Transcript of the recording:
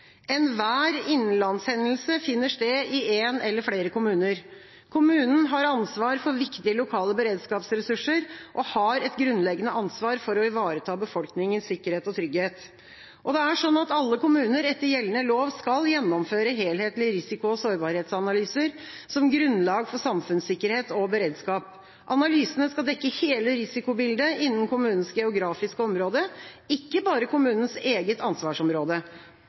innenlandshendelse finner sted i én eller flere kommuner. Kommunen har ansvar for viktige lokale beredskapsressurser, og har et grunnleggende ansvar for å ivareta befolkningens sikkerhet og trygghet.» Det er sånn at alle kommuner etter gjeldende lov skal gjennomføre helhetlige risiko- og sårbarhetsanalyser som grunnlag for samfunnssikkerhet og beredskap. Analysene skal dekke hele risikobildet innenfor kommunenes geografiske område – ikke bare kommunenes eget ansvarsområde.